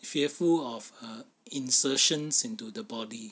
fearful of a insertions into the body